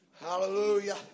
Hallelujah